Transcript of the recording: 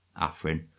Afrin